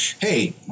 hey